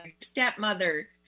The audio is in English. stepmother